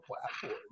platform